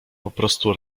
poprostu